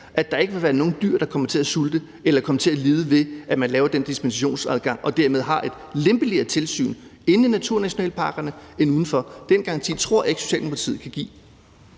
at der ikke vil være nogen dyr, der kommer til at sulte eller kommer til at lide ved, at man laver den dispensationsadgang og dermed har et lempeligere tilsyn inde i naturnationalparkerne end udenfor. Den garanti tror jeg ikke Socialdemokratiet kan give.